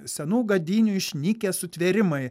senų gadynių išnykę sutvėrimai